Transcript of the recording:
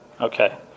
Okay